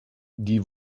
die